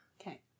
Okay